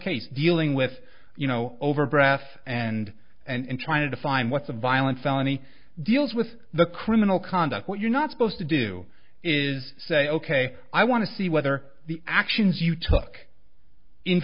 case dealing with you know over breath and and trying to define what's a violent felony deals with the criminal conduct what you're not supposed to do is say ok i want to see whether the actions you took in